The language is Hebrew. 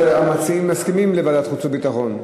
המציעים מסכימים לוועדת חוץ וביטחון.